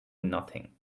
nothing